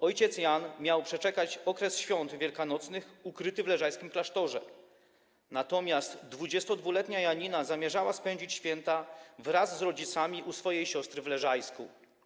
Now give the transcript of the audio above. Ojciec Jan miał przeczekać okres Świąt Wielkanocnych ukryty w leżajskim klasztorze, natomiast 22-letnia Janina zamierzała spędzić święta wraz z rodzicami u swojej siostry w Leżajsku.